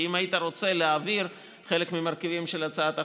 כי אם היית רוצה להעביר חלק מהמרכיבים של הצעת החוק,